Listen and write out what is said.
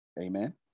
Amen